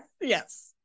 yes